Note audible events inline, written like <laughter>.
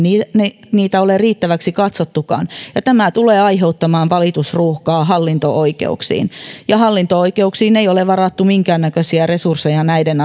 niitä ei ole riittäviksi katsottukaan ja tämä tulee aiheuttamaan valitusruuhkaa hallinto oikeuksiin hallinto oikeuksiin ei ole varattu minkäännäköisiä resursseja näiden <unintelligible>